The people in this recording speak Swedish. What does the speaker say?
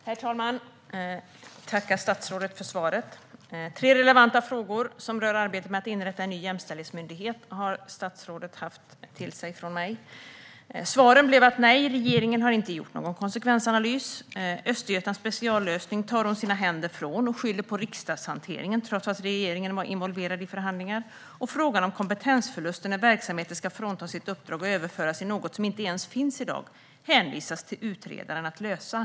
Herr talman! Jag vill tacka statsrådet för svaret. Statsrådet har fått tre relevanta frågor från mig om arbetet med att inrätta en ny jämställdhetsmyndighet. Svaren blev: Nej, regeringen har inte gjort någon konsekvensanalys. Östergötlands speciallösning tar hon sina händer ifrån och skyller på riksdagshanteringen, trots att regeringen var involverad i förhandlingarna. Och frågan om kompetensförluster när verksamheter ska fråntas sina uppdrag och överföras i något som inte ens finns i dag hänvisas till utredaren att lösa.